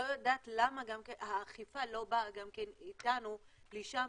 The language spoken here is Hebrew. לא יודעת למה האכיפה לא באה גם כן אתנו לשם,